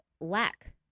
lack